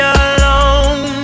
alone